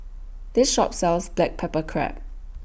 This Shop sells Black Pepper Crab